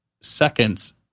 seconds